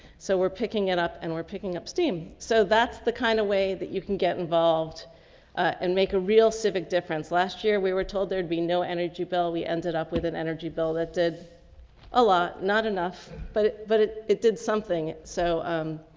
so we're picking it up and we're picking up steam. so that's the kind of way that you can get involved and make a real civic difference. last year we were told there'd be no energy bill. we ended up with an energy bill that did a lot. not enough but, but it it did something. so, um,